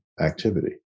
activity